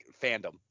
fandom